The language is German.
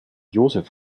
josef